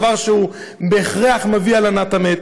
דבר שבהכרח מביא להלנת המת.